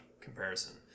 comparison